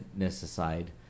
aside